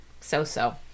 so-so